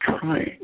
Trying